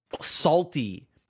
salty